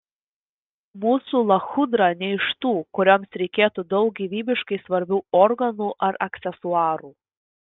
mūsų lachudra ne iš tų kurioms reikėtų daug gyvybiškai svarbių organų ar aksesuarų